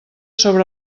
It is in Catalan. sobre